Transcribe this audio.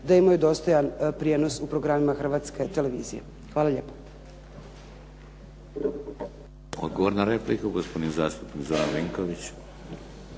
da imaju dostojan prijenos u programima Hrvatske televizije. Hvala lijepo. **Šeks, Vladimir (HDZ)** Odgovor na repliku gospodin zastupnik Zoran Vinković.